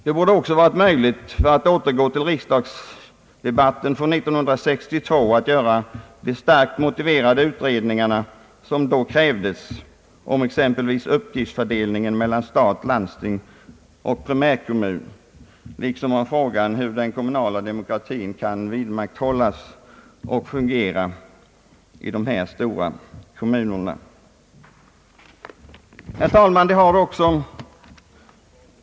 Det borde också varit möjligt — för att återgå till riksdagsdebatten från 1962 — att göra de starkt motiverade utredningar som då krävdes om exempelvis uppgiftsfördelningen mellan stat, landsting och primärkommun liksom frågan om hur den kommunala demokratin kan vidmakthållas och fungera i dessa stora kommuner. Herr talman!